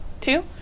Two